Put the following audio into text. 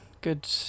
Good